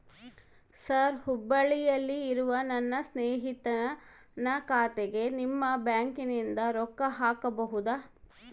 Sir ಹುಬ್ಬಳ್ಳಿಯಲ್ಲಿ ಇರುವ ನನ್ನ ಸ್ನೇಹಿತನ ಖಾತೆಗೆ ನಿಮ್ಮ ಬ್ಯಾಂಕಿನಿಂದ ರೊಕ್ಕ ಹಾಕಬಹುದಾ?